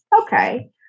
Okay